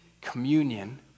communion